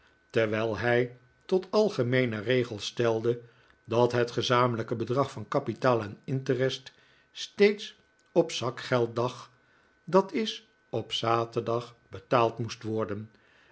terwijl hij tot algemeenen regel stelde dat het gezamenlijke bedrag van kapitaal en interest steeds op zakgelddag dat is op zaterdag betaald moest worden